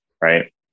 right